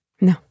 No